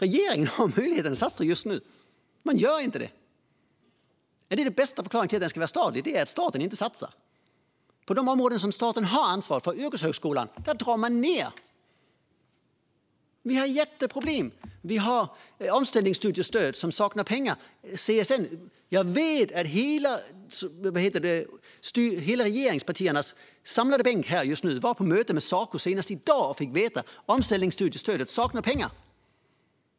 Regeringen har möjlighet att satsa just nu men gör inte det. Är den bästa förklaringen till att skolan ska vara statlig att staten inte satsar? På de områden där staten har ansvar, som yrkeshögskolan, drar man ned. Vi har jätteproblem. Vi saknar pengar till omställningsstudiestödet. Jag vet att alla regeringspartierna, som är samlade på samma bänk här just nu, var på möte med Saco senast i dag och fick veta att det saknas pengar till omställningsstudiestödet.